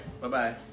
Bye-bye